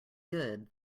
good